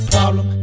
Problem